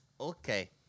Okay